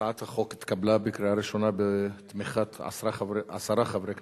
הצעת החוק התקבלה בקריאה ראשונה בתמיכת עשרה חברי כנסת,